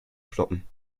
stoppen